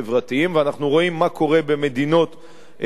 ואנחנו רואים מה קורה במדינות שלא